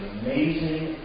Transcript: amazing